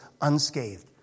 unscathed